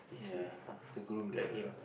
ya to groom the